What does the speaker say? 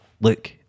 look